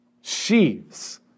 sheaves